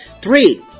Three